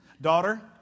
Daughter